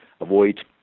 avoid